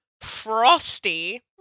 frosty